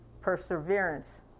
perseverance